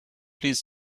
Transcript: please